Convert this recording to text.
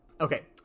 Okay